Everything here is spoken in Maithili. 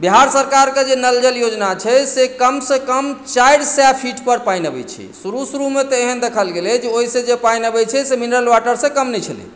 बिहार सरकारके जे नल जल योजना छै से कम से कम चारि सए फिट पर पानि अबै छै शुरु शुरुमे तऽ एहन देखल गेलै जे ओहि सॅं जे पानि अबै छै से मिनरलवाटर सॅं कम नहि छलै